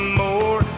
more